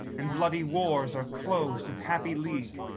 and bloody wars are closed with happy league.